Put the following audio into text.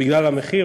בגלל המחיר,